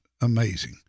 amazing